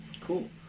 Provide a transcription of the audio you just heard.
Cool